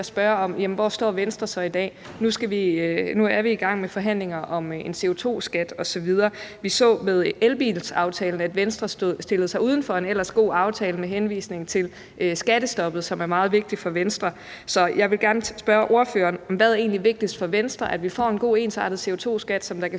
spørge: Hvor står Venstre så i dag? Nu er vi i gang med forhandlinger om en CO2-skat osv. Vi så med elbilaftalen, at Venstre stillede sig uden for en ellers god aftale med henvisning til skattestoppet, som er meget vigtigt for Venstre. Så jeg vil gerne spørge ordføreren: Hvad er egentlig vigtigst for Venstre – er det, at vi får en god, ensartet CO2-skat, som kan